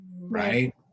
Right